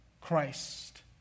Christ